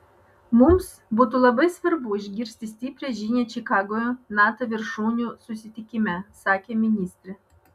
mums būtų labai svarbu išgirsti stiprią žinią čikagoje nato viršūnių susitikime sakė ministrė